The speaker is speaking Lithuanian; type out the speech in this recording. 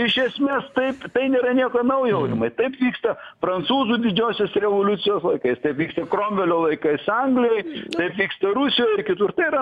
iš esmės taip tai nėra nieko naujo taip vyksta prancūzų didžiosios revoliucijos laikais taip vyksta kromvelio laikais anglijoj taip vyksta rusijoj ir kitur tai yra